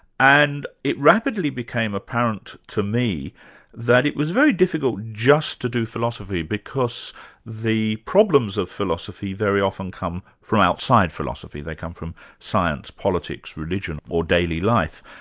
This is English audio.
and it rapidly became apparent to me that it was very difficult just to do philosophy, because the problems of philosophy very often come from outside philosophy, they come from science, politics, religion, or daily life.